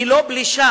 היא לא פלישה,